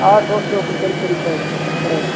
आठ ओठ सौ का करीब करीब पड़ेगा